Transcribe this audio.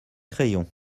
crayon